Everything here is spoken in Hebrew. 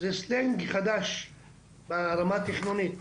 זה סלנג חדש ברמה התכנונית.